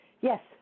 Yes